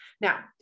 Now